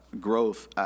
growth